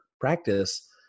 practice